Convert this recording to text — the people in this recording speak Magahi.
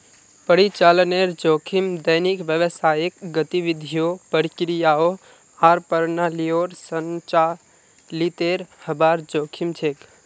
परिचालनेर जोखिम दैनिक व्यावसायिक गतिविधियों, प्रक्रियाओं आर प्रणालियोंर संचालीतेर हबार जोखिम छेक